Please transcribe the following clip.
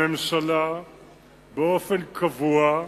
הממשלה באופן קבוע,